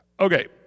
Okay